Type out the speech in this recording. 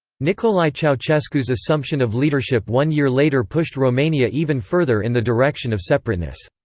nicolae ceausescu's assumption of leadership one year later pushed romania even further in the direction of separateness.